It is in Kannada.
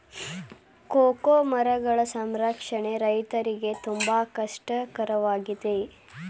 ಕೋಕೋ ಮರಗಳ ಸಂರಕ್ಷಣೆ ರೈತರಿಗೆ ತುಂಬಾ ಕಷ್ಟ ಕರವಾಗಿದೆ